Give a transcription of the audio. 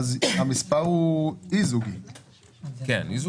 המספר הוא אי זוגי כרגע,